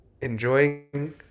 enjoying